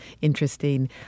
interesting